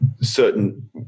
certain